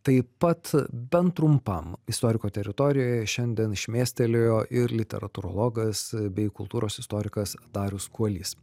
taip pat bent trumpam istoriko teritorijoje šiandien šmėstelėjo ir literatūrologas bei kultūros istorikas darius kuolys